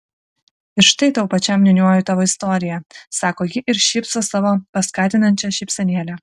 ir štai tau pačiam niūniuoju tavo istoriją sako ji ir šypsos savo paskatinančia šypsenėle